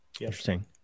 Interesting